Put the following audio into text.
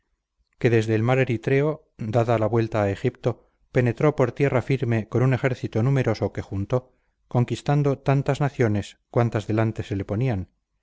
que desde el mar eritreo dada la vuelta a egipto penetró por tierra firme con un ejército numeroso que juntó conquistando tantas naciones cuantas delante se le ponían